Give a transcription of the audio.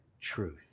truth